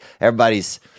everybody's